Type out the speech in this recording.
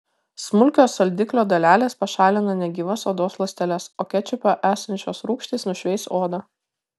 smulkios saldiklio dalelės pašalina negyvas odos ląsteles o kečupe esančios rūgštys nušveis odą